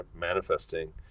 manifesting